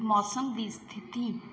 ਮੌਸਮ ਦੀ ਸਥਿਤੀ